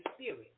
Spirit